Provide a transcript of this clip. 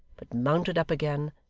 but mounted up again,